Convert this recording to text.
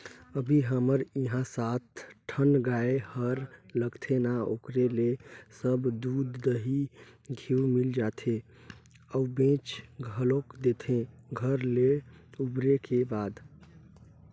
अभी हमर इहां सात ठन गाय हर लगथे ना ओखरे ले सब दूद, दही, घींव मिल जाथे अउ बेंच घलोक देथे घर ले उबरे के बाद